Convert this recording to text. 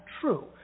true